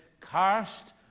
cast